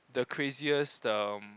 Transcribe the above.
the craziest the